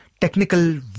technical